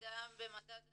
ירידה במדד הנשר,